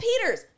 Peters